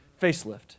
facelift